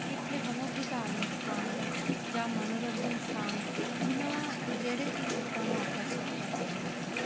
ਇੱਥੇ ਬਹੁਤ ਹੀ ਧਾਰਮਿਕ ਸਥਾਨ ਹਨ ਜਾਂ ਮਨੋਰੰਜਨ ਸਥਾਨ ਜਿਨ੍ਹਾਂ ਜਿਹੜੇ ਕਿ ਲੋਕਾਂ ਨੂੰ ਆਕਰਸ਼ਿਤ ਕਰਦੇ ਹਨ